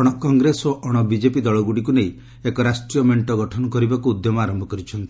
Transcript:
ଅଣକଂଗ୍ରେସ ଓ ଅଣବିଜେପି ଦଳଗୁଡ଼ିକୁ ନେଇ ଏକ ରାଷ୍ଟ୍ରୀୟ ମେଣ୍ଟ ଗଠନ କରିବାକୁ ଉଦ୍ୟମ ଆରମ୍ଭ କରିଛନ୍ତି